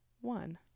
one